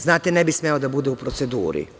Znate, ne bi smeo da bude u proceduri.